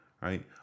right